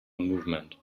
movement